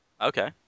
Okay